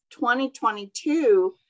2022